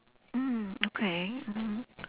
mm okay mm